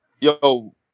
yo